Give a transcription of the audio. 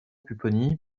pupponi